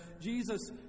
Jesus